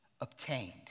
obtained